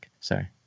sorry